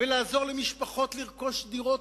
לעזור למשפחות לרכוש דירות,